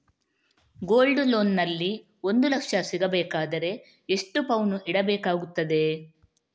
Gold loan ನಲ್ಲಿ ಒಂದು ಲಕ್ಷ ಸಿಗಬೇಕಾದರೆ ಎಷ್ಟು ಪೌನು ಇಡಬೇಕಾಗುತ್ತದೆ?